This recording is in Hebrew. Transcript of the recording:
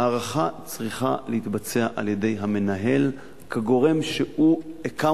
ההערכה צריכה להתבצע על-ידי המנהל כגורם שהוא accountable